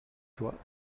toi